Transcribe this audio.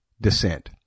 descent